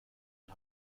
und